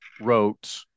wrote